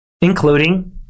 Including